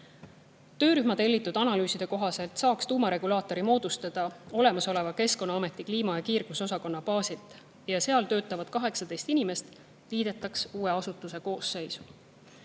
Töörühma tellitud analüüside kohaselt saaks tuumaregulaatori moodustada olemasoleva Keskkonnaameti kliima‑ ja kiirgusosakonna baasil: seal töötavad 18 inimest liidetaks uue asutuse koosseisu.